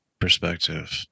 perspective